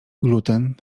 gluten